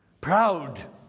proud